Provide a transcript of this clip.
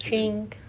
drink